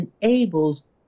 enables